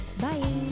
Bye